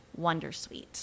wondersuite